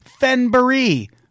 Fenbury